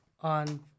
on